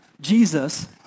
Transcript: Jesus